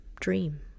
dream